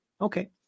Okay